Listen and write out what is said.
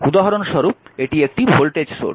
উদাহরণস্বরূপ এটি একটি ভোল্টেজ সোর্স